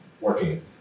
working